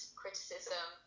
criticism